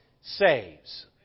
Saves